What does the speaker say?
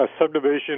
subdivision